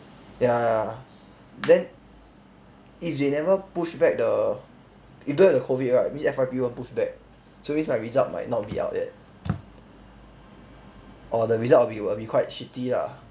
ya then if they never push back the if don't have the COVID right means F_Y_P won't push back so means my result might not be out yet or the result will be will be quite shitty ah